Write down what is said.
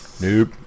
Nope